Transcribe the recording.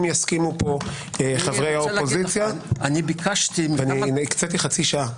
אם יסכימו חברי האופוזיציה - הקציתי חצי שעה.